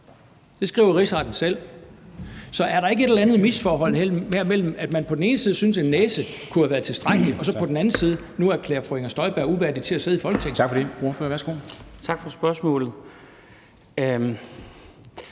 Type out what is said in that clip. Det skriver Rigsretten selv. Så er der ikke i det her et eller andet misforhold mellem det, at man på den ene side synes, at en næse kunne have været tilstrækkeligt, og det, at man på den anden side nu erklærer fru Inger Støjberg uværdig til at sidde i Folketinget? Kl. 13:54 Formanden (Henrik Dam Kristensen):